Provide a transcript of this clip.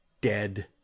dead